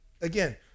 Again